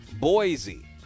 Boise